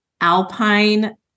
Alpine